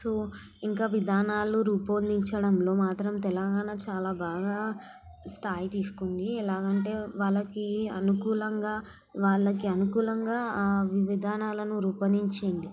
so ఇంకా విధానాలు రూపొందించడంలో మాత్రం తెలంగాణ చాలా బాగా స్థాయి తీసుకుంది ఎలాగంటే వాళ్ళకి అనుకూలంగా వాళ్ళకు అనుకూలంగా ఆ వి విధానాలను రూపొందించింది